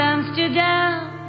Amsterdam